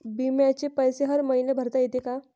बिम्याचे पैसे हर मईन्याले भरता येते का?